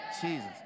Jesus